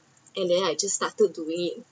and then I just started doing